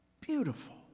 beautiful